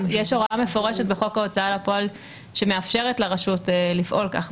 מפורשת בחוק ההוצאה לפועל שמאפשרת לרשות לפעול כך.